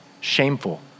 shameful